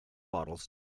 bottles